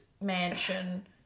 mansion